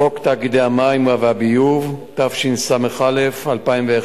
בחוק תאגידי מים וביוב, התשס"א 2001,